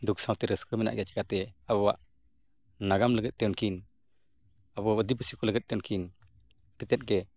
ᱫᱩᱠᱷ ᱥᱟᱶᱛᱮ ᱨᱟᱹᱥᱠᱟᱹ ᱢᱮᱱᱟᱜ ᱜᱮᱭᱟ ᱪᱤᱠᱟᱹᱛᱮ ᱟᱵᱚᱣᱟᱜ ᱱᱟᱜᱟᱢ ᱞᱟᱹᱜᱤᱫ ᱛᱮ ᱩᱱᱠᱤᱱ ᱟᱵᱚ ᱟᱹᱫᱤᱵᱟᱹᱥᱤ ᱠᱚ ᱞᱟᱹᱜᱤᱫ ᱛᱮ ᱩᱱᱠᱤᱱ ᱠᱟᱛᱮᱫ ᱜᱮ